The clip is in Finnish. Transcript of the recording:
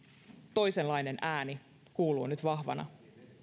toisenlainen ääni kuuluu nyt vahvana